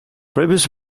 previous